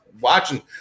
watching